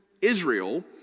Israel